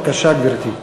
בבקשה, גברתי.